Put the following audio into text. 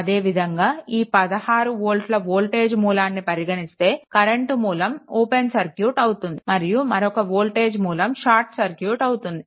అదేవిధంగా ఈ 16 వోల్ట్ల వోల్టేజ్ మూలాన్ని పరిగణిస్తే కరెంట్ మూలం ఓపెన్ సర్క్యూట్ అవుతుంది మరియు మరొక వోల్టేజ్ మూలం షార్ట్ సర్క్యూట్ అవుతుంది